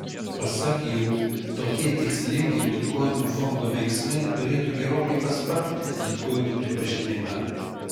pasak jų tokie tikslingi bitkoinų fondo veiksmai turėtų gerokai paspartinti bitkoinų pripažinimą